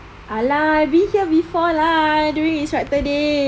!alah! I've been here before lah during instructor days